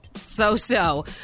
So-so